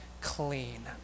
clean